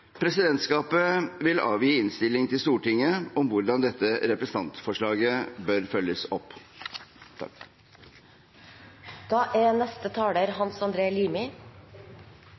Presidentskapet vil avgi innstilling til Stortinget om hvordan dette representantforslaget bør følges opp.